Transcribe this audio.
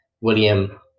William